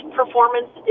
performance